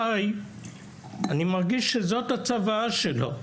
ח"י ואני מרגיש שזאת הצוואה שלו,